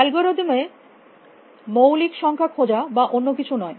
algorithm এ মৌলিক সংখ্যা খোঁজা বা অন্য কিছু নয়